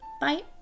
Bye